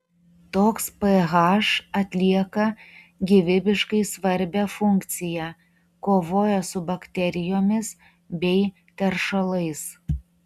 toks ph atlieka gyvybiškai svarbią funkciją kovoja su bakterijomis bei teršalais